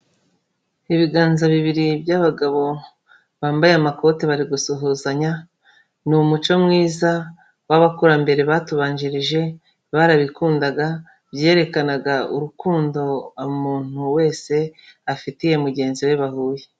Ibiganza bibiri by'abagabo bambaye amakote bari gusuhuzanya ni umuco mwiza w'abakurambere batubanjirije barabikundaga byerekanaga urukundo umuntu wese afitiye mugenzi we bahuye.